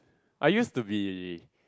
I used to be